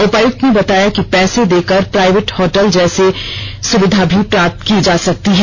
उपायुक्त ने बताया की पैसे देकर प्राइवेट होटल जैसी सुविधा भी प्राप्त की जा सकती है